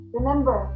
Remember